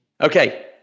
Okay